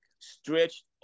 stretched